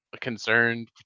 concerned